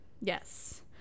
Yes